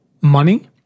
Money